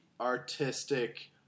artistic